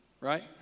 right